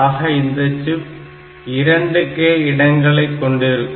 ஆக இந்த chip 2k இடங்களை கொண்டிருக்கும்